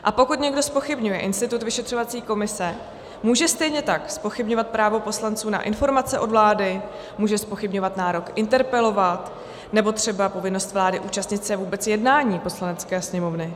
A pokud někdo zpochybňuje institut vyšetřovací komise, může stejně tak zpochybňovat právo poslanců na informace od vlády, může zpochybňovat nárok interpelovat nebo třeba povinnost vlády účastnit se vůbec jednání Poslanecké sněmovny.